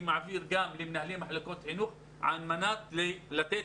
אני מעביר גם למנהלי מחלקות החינוך על מנת לתת